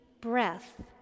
breath